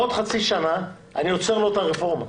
בעוד חצי שנה אני עוצר לו את הרפורמה.